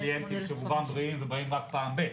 וזה קליינטים שרובם בריאים ובאים רק פעם ב-.